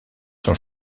sont